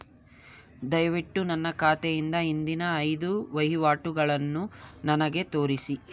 ದಯವಿಟ್ಟು ನನ್ನ ಖಾತೆಯಿಂದ ಹಿಂದಿನ ಐದು ವಹಿವಾಟುಗಳನ್ನು ನನಗೆ ತೋರಿಸಿ